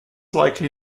likely